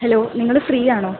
hello നിങ്ങള് free ആണോ